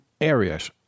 areas